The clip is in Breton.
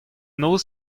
noz